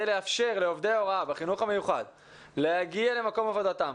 לאפשר לעובדי הוראה בחינוך המיוחד להגיע למקום עבודתם,